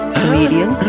comedian